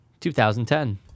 2010